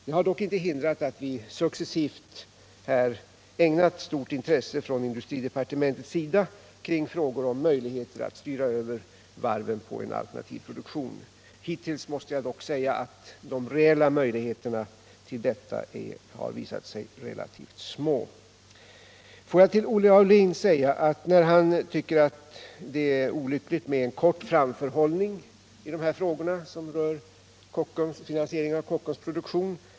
Det har dock inte hindrat att vi i industridepartementet successivt ägnat stort intresse åt olika möjligheter att styra över varven till alternativ Nr 60 produktion. Jag måste dock säga att de reella möjligheterna härtill hittills har Fredagen den visat sig relativt små. 13 januari 1978 Olle Aulin tycker att det är olyckligt med en låg framförhållning i finansieringen av Kockums produktion.